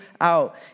out